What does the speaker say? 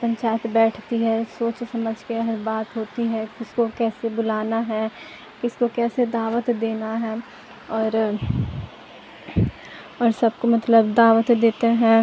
پنچایت بیٹھتی ہے سوچ سمجھ کے بات ہوتی ہے کس کو کیسے بلانا ہے کس کو کیسے دعوت دینا ہے اور اور سب کو مطلب دعوت دیتے ہیں